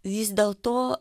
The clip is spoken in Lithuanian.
vis dėl to